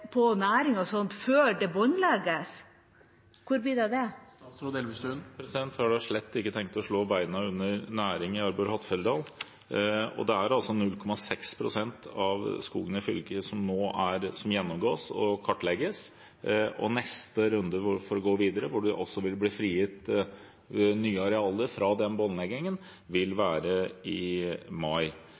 på næringen før det båndlegges. Hvor blir det av den? Jeg har slett ikke tenkt å slå beina under næring i Arbor-Hattfjelldal. Det er 0,6 pst. av skogen i fylket som gjennomgås og kartlegges, og neste runde for å gå videre, hvor det også vil bli frigitt nye arealer fra båndleggingen, vil være i mai.